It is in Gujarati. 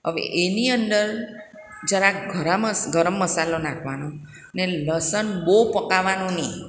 હવે એની અંદર જરાક ગરા ગરમ મસાલો નાખવાનો ને લસણ બહુ પકાવવાનું નહીં